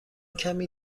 کمی